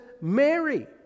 Mary